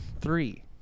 three